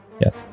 Yes